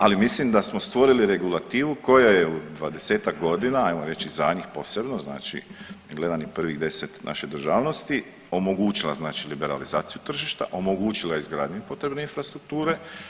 Ali mislim da smo stvorili regulativu koja je u 20-ak godina ajmo reći zadnjih posebno, znači kad gledam i prvih 10 naše državnosti omogućila znači liberalizaciju tržišta, omogućila je izgradnju potrebne infrastrukture.